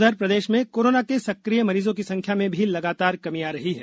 उधर प्रदेश में कोरोना के सकिय मरीजों की संख्या में भी लगातार कमी आ रही है